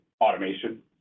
automation